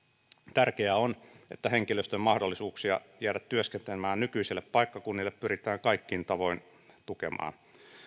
tärkeää on että henkilöstön mahdollisuuksia jäädä työskentelemään nykyisille paikkakunnille pyritään kaikin tavoin tukemaan